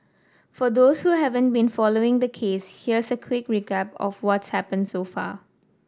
for those who haven't been following the case here's a quick recap of what's happened so far